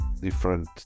different